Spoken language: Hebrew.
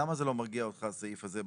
למה זה לא מרגיע אותך הסעיף הזה,